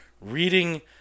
reading